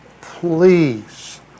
please